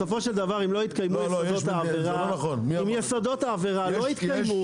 בסופו של דבר אם יסודות העבירה לא יתקיימו,